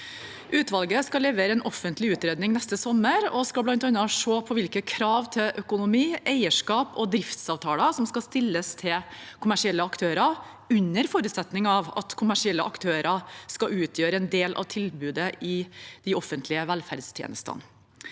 Utvalget skal levere en offentlig utredning neste sommer og skal bl.a. se på hvilke krav til økonomi, eierskap og driftsavtaler som skal stilles til kommersielle aktører, under forutsetning av at kommersielle aktører skal utgjøre en del av tilbudet i de offentlige velferdstjenestene.